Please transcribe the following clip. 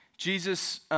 Jesus